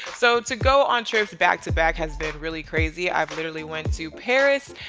so to go on trips back to back has been really crazy. i've literally went to paris,